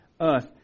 earth